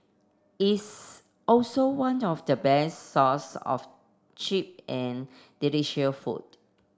it's also one of the best source of cheap and delicious food